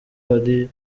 hari